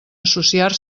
associar